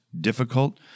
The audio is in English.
difficult